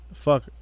Fuck